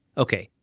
ok,